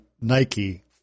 Nike